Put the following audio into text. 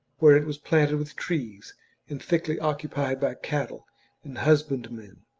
where it was planted with trees and thickly occupied by cattle and husbandmen.